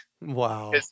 Wow